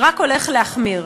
זה רק הולך להחמיר.